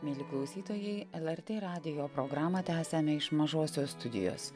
mieli klausytojai lrt radijo programą tęsiame iš mažosios studijos